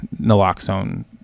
naloxone